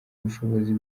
ubushobozi